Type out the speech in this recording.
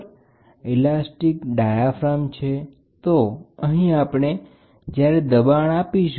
તમારી પાસે ઇલાસ્ટિક છે આ ઇલાસ્ટિક ડાયફ્રામ છે બરાબર તો અહીં આપણે જ્યારે દબાણ આપીશું